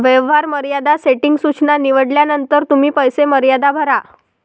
व्यवहार मर्यादा सेटिंग सूचना निवडल्यानंतर तुम्ही पैसे मर्यादा भरा